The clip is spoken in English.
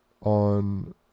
on